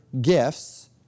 gifts